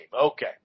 Okay